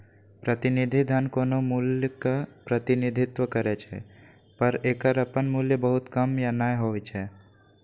प्रतिनिधि धन कोनो मूल्यक प्रतिनिधित्व करै छै, पर एकर अपन मूल्य बहुत कम या नै होइ छै